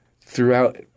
throughout